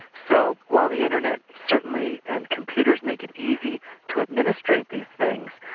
so while the internet certainly and computers make it easy to administrate these things,